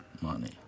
money